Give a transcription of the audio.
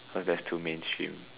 cause that's too mainstream